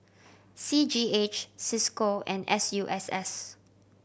C G H Cisco and S U S S